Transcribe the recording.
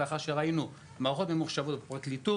לאחר שראינו מערכות ממוחשבות בפרקליטות,